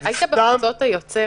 היית בחוצות היוצר?